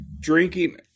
drinking